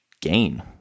gain